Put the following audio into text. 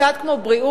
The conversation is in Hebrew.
קצת כמו בריאות,